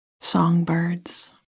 songbirds